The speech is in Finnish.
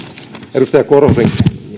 edustaja korhosen